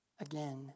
again